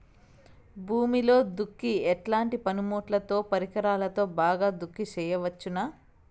భూమిలో దుక్కి ఎట్లాంటి పనిముట్లుతో, పరికరాలతో బాగా దుక్కి చేయవచ్చున?